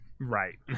Right